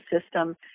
system